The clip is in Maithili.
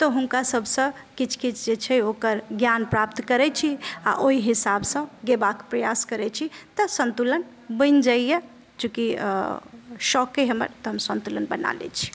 तऽ हुनका सभसँ किछु किछु जेछै ओकर ज्ञान प्राप्त करै छी आ ओहि हिसाबसँ गयबाक प्रयास करै छी तऽ संतुलन बनि जाइया चूँकि शौक अछि हमर तऽ हम संतुलन बना लेइछी